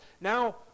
Now